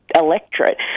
electorate